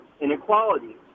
inequality